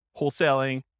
wholesaling